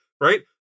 right